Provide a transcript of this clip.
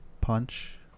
punch